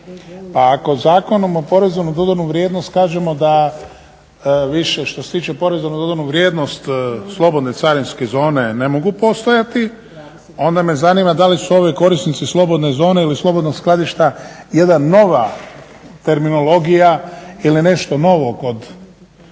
ako Zakonom o PDV-u kažemo da više što se tiče PDV-a slobodne carinske zone ne mogu postojati onda me zanima da li su ovi korisnici slobodne zone ili slobodnog skladišta jedna nova terminologija ili nešto novo u